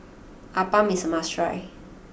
Appam is a must try